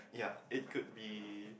ya it could be